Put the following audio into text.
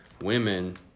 women